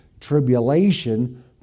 tribulation